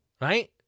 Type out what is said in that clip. right